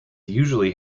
usually